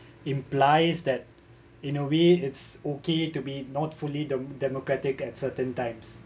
implies that in a way it's okay to be not fully de~ democratic at certain times